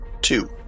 two